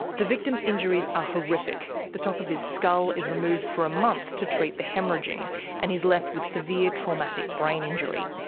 the victim's injuries are ah horrific the top of his skull is removed for a month to treat the haemorrhaging and he's left with severe traumatic brain injury.